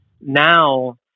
now